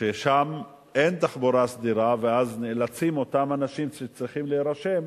ששם אין תחבורה סדירה ואז נאלצים אותם אנשים שצריכים להירשם,